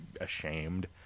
ashamed